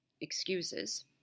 excuses